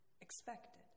expected